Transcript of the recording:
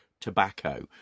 tobacco